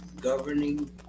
governing